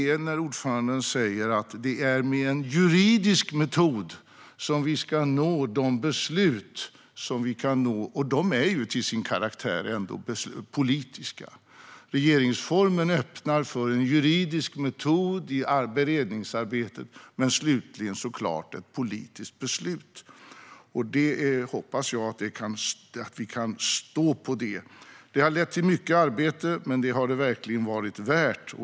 Ordföranden säger att det är med en juridisk metod vi ska nå de beslut vi kan nå - och de är ju till sin karaktär ändå politiska. Regeringsformen öppnar för en juridisk metod i beredningsarbetet, men slutligen handlar det såklart om ett politiskt beslut. Jag hoppas att vi kan stå på det. Det har lett till mycket arbete, men det har det verkligen varit värt.